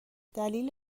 دلیل